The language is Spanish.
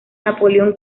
napoleón